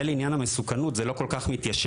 זה לעניין המסוכנות, זה לא כל כך מתיישב,